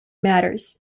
matters